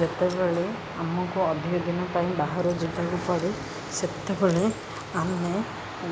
ଯେତେବେଳେ ଆମକୁ ଅଧିକ ଦିନ ପାଇଁ ବାହାରୁ ଯିବାକୁ ପଡ଼େ ସେତେବେଳେ ଆମେ